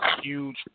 huge